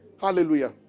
Hallelujah